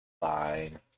fine